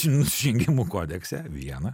nusižengimų kodekse viena